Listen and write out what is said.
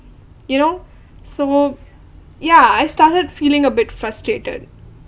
you know so yeah I started feeling a bit frustrated